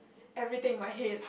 everything in my head